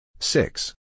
Six